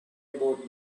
about